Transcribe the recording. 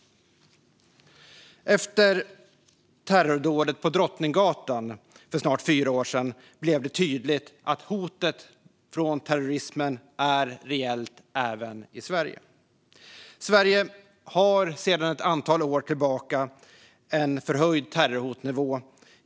Efter terrordådet på Drottninggatan för snart fyra år sedan blev det tydligt att hotet från terrorismen är reellt även i Sverige. Sverige har sedan ett antal år tillbaka en förhöjd terrorhotnivå.